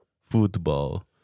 Football